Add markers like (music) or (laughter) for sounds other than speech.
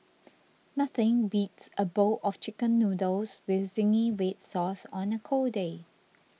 (noise) nothing beats a bowl of Chicken Noodles with Zingy Red Sauce on a cold day